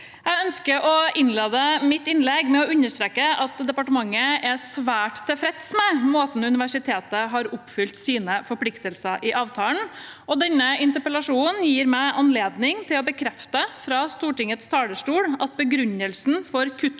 Jeg ønsker å innlede mitt innlegg med å understreke at departementet er svært tilfreds med måten universitetet har oppfylt sine forpliktelser i avtalen på. Denne interpellasjonen gir meg anledning til å bekrefte fra Stortingets talerstol at begrunnelsen for kuttforslaget